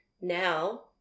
now